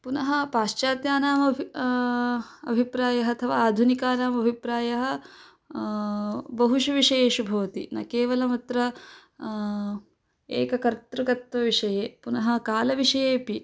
पुनः पाश्चात्यानाम् अभि अभिप्रायः अथवा आधुनिकानाम् अभिप्रायः बहुषु विषयेषु भवति न केवलम् अत्र एककर्तृकत्वविषये पुनः कालविषयेपि